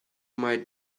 with